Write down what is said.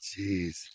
Jeez